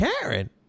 Karen